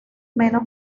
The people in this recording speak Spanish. menos